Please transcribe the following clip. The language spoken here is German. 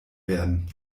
werden